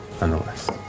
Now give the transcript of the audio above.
nonetheless